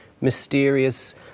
mysterious